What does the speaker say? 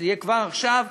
שזה יהיה כבר עכשיו,